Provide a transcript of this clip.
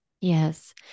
Yes